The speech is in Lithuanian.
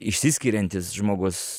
išsiskiriantis žmogus